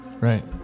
right